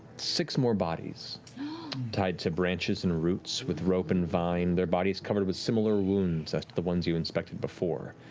six more bodies tied to branches and roots with rope and vine. their bodies covered with similar wounds as the ones you inspected before.